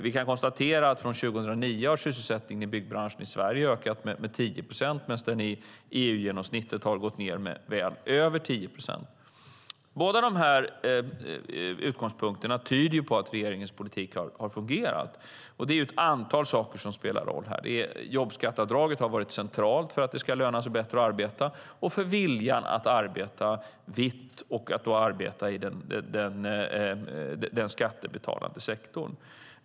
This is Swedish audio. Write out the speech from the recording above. Vi kan konstatera att från 2009 har sysselsättningen i byggbranschen i Sverige ökat med 10 procent medan EU-genomsnittet har gått ned med väl över 10 procent. Båda de här utgångspunkterna tyder på att regeringens politik har fungerat. Det är ett antal saker som spelar roll här. Jobbskatteavdraget har varit centralt för att det ska löna sig bättre att arbeta och för viljan att arbeta vitt i den skattebetalande sektorn.